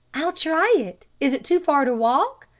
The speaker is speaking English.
i'll try it. is it too far to walk?